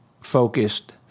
focused